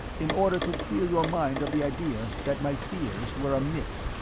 in order to clear your mind of the idea that my fears were a myth.